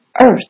earth